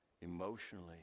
emotionally